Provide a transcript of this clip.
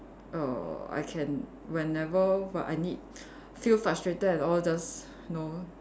err I can whenever but I need feel frustrated and all just know